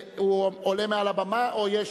הוא מעלה מעל הבמה, או יש,